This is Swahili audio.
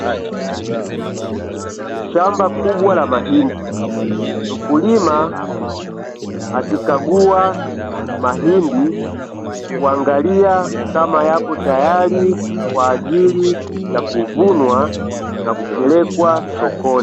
Shamba kubwa la mahindi, mkulima akikagua mahindi kuangalia kama yapo tayari, kwa ajili ya kuvunwa na kupelekwa sokoni.